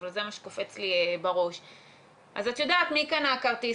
אבל זה מה שקופץ לי בראש אז את יודעת מי קנה כרטיס,